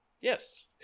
Yes